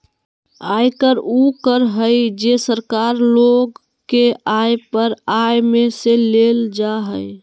आयकर उ कर हइ जे सरकार लोग के आय पर आय में से लेल जा हइ